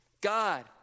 God